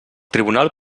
tribunal